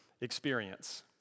experience